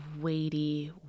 weighty